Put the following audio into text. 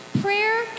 Prayer